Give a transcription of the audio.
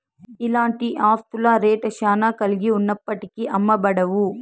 ఇలాంటి ఆస్తుల రేట్ శ్యానా కలిగి ఉన్నప్పటికీ అమ్మబడవు